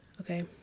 okay